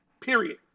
period